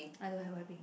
I don't like wiping